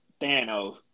Thanos